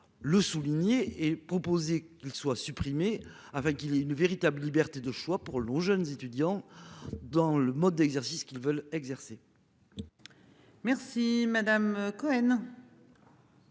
Le souligner et proposé, il soit supprimé avant qu'il ait une véritable liberté de choix pour le aux jeunes étudiants. Dans le mode d'exercice, ce qu'ils veulent exercer. Merci madame Cohen.